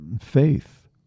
faith